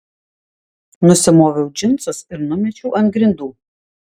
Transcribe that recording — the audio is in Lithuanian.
nusimoviau džinsus ir numečiau ant grindų